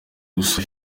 gusa